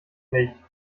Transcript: nicht